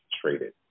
traded